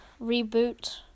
reboot